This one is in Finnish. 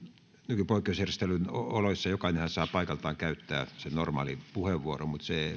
nykypoikkeusjärjestelyn oloissa jokainenhan saa paikaltaan käyttää sen normaalin puheenvuoron mutta se